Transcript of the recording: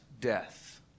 death